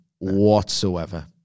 whatsoever